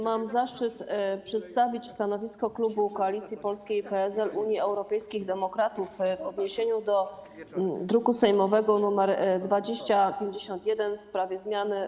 Mam zaszczyt przedstawić stanowisko klubu Koalicji Polskiej - PSL, Unii Europejskich Demokratów w odniesieniu do druku sejmowego nr 2051, w sprawie zmiany